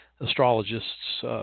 astrologist's